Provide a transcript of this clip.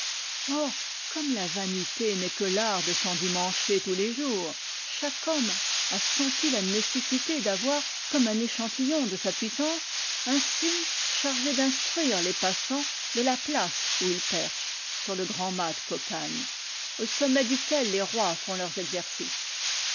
or comme la vanité n'est que l'art de s'endimancher tous les jours chaque homme a senti la nécessité d'avoir comme un échantillon de sa puissance un signe chargé d'instruire les passants de la place où il perche sur le grand mât de cocagne au sommet duquel les rois font leurs exercices